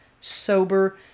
sober